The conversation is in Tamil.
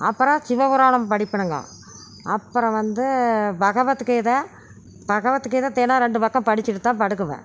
அப்பறம் சிவபுராணம் படிப்பேனுங்கோ அப்பறம் வந்து பகவத்கீதை பகவத்கீதை தினம் ரெண்டு பக்கம் படிச்சுட்டு தான் படுக்குவன்